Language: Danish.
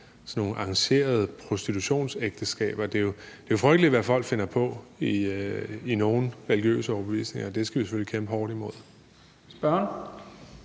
sådan nogle arrangerede prostitutionsægteskaber. Det er jo frygteligt, hvad folk finder på i nogle religiøse retninger, og det skal vi selvfølgelig kæmpe hårdt imod.